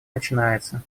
начинается